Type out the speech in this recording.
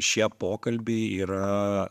šie pokalbiai yra